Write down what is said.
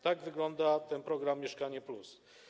Tak wygląda program „Mieszkanie+”